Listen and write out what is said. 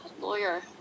lawyer